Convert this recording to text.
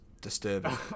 disturbing